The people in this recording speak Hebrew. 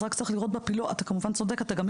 צריך לשים